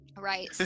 Right